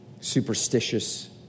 superstitious